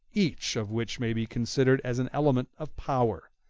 each of which may be considered as an element of power.